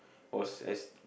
was as